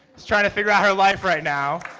is trying to figure out her life right now.